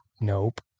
Nope